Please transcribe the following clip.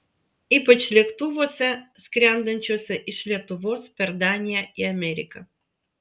ypač lėktuvuose skrendančiuose iš lietuvos per daniją į ameriką